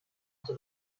into